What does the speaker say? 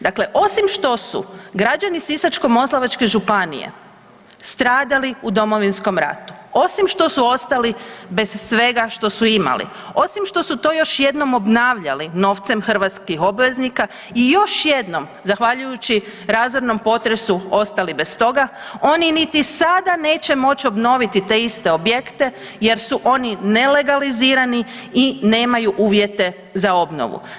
Dakle osim što su građani Sisačko-moslavačke županije stradali u Domovinskom ratu, osim što su ostali bez svega što su imali, osim što su to još jednom obnavljali novcem hrvatskih obveznika i još jednom zahvaljujući razornom potresu ostali bez toga oni niti sada neće moći obnoviti te iste objekte jer su oni nelegalizirani i nemaju uvjete za obnovu.